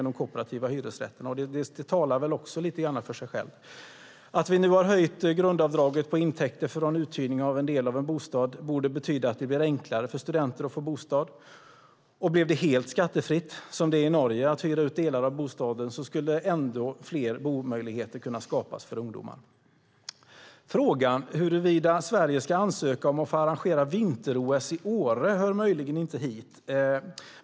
Det talar väl också lite grann för sig självt. Att vi nu har höjt grundavdraget på intäkter från uthyrning av en del av en bostad borde betyda att det blir enklare för studenter att få bostad. Blev det helt skattefritt, som det är i Norge, att hyra ut delar av bostaden skulle ännu fler bomöjligheter kunna skapas för ungdomar. Frågan huruvida Sverige ska ansöka om att få arrangera vinter-OS i Åre hör möjligen inte hit.